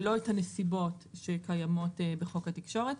ולא את הנסיבות שקיימות בחוק התקשורת.